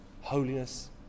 holiness